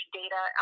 data